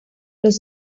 los